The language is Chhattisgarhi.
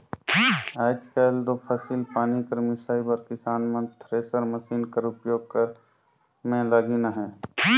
आएज काएल दो फसिल पानी कर मिसई बर किसान मन थेरेसर मसीन कर उपियोग करे मे लगिन अहे